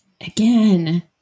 Again